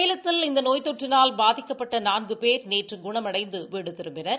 சேலத்தில் இந்த நோய் தொற்றினால் பாதிக்கப்பட்ட நான்கு பேர் நேற்று குணமடைந்து வீடு திரும்பினர்